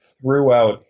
throughout